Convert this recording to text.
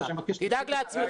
תדאג לעצמך.